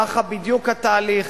ככה בדיוק התהליך.